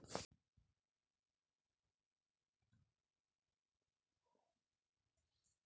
Debit card ले कतका रुपिया निकाल सकथन?